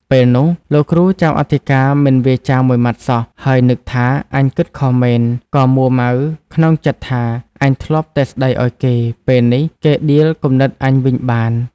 ពេលនោះ លោកគ្រូចៅអធិការមិនវាចាមួយម៉ាត់សោះ ហើយនឹកថា "អញគិតខុសមែន" ក៏មួម៉ៅក្នុងចិត្តថា "អញធ្លាប់តែស្តីឲ្យគេ ពេលនេះគេដៀលគំនិតអញវិញបាន"។